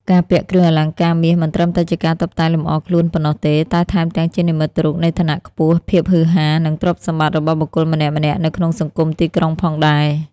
ការពាក់គ្រឿងអលង្ការមាសមិនត្រឹមតែជាការតុបតែងលម្អខ្លួនប៉ុណ្ណោះទេ តែថែមទាំងជានិមិត្តរូបនៃឋានៈខ្ពស់ ភាពហ៊ឺហា និងទ្រព្យសម្បត្តិរបស់បុគ្គលម្នាក់ៗនៅក្នុងសង្គមទីក្រុងផងដែរ។